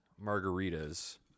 margaritas